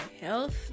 health